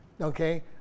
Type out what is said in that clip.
Okay